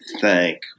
thank